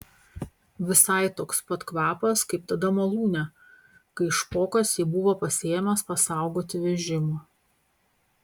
visai toks pat kvapas kaip tada malūne kai špokas jį buvo pasiėmęs pasaugoti vežimo